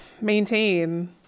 maintain